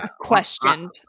questioned